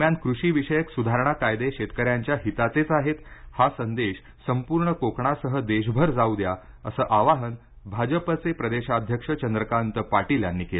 दरम्यान कृषी विषयक सुधारणा कायदे शेतकन्यांच्या हिताचेच आहेत हा संदेश संपूर्ण कोकणासह देशभर जाऊ द्या असं आवाहन भाजपचे प्रदेशाध्यक्ष चंद्रकांत पाटील यांनी केलं